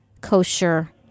kosher